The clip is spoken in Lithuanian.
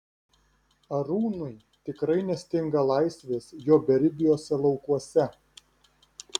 arūnui tikrai nestinga laisvės jo beribiuose laukuose